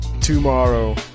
tomorrow